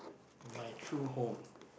my true home